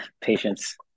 patience